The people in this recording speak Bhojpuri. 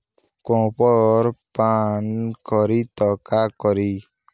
कॉपर पान करी त का करी?